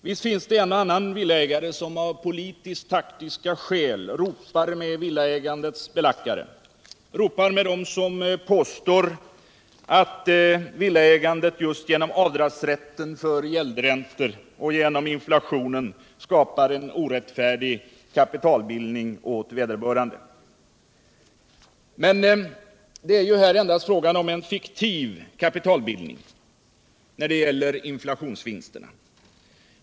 Visst finns det en och annan villaägare som av politisk-taktiska skäl ropar med villaägandets belackare, ropar med dem som påstår att villaägandet just genom rätt till avdrag för gäldräntor och till följd av inflationen skapar en orättfärdig kapitalbildning för vederbörande. Men det är ju när det gäller inflationsvinsterna endast fråga om en fiktiv kapitalbildning.